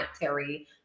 terry